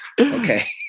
okay